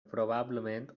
probablement